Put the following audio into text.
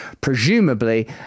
presumably